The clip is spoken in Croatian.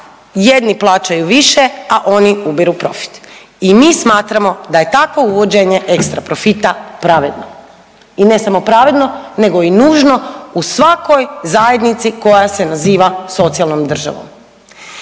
jedni plaćaju više, a oni ubiru profit i mi smatramo da je takvo uvođenje ekstra profita pravedno i ne samo pravedno nego i nužno u svakoj zajednici koja se naziva socijalnom državom.